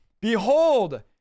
Behold